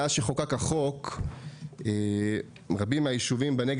מאז שחוקק החוק רבים מהיישובים בנגב